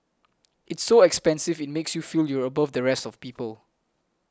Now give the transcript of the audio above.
it's so expensive it makes you feel you're above the rest of people